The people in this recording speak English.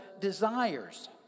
desires